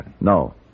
No